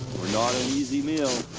we're not an easy meal.